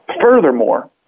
Furthermore